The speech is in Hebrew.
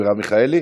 מרב מיכאלי,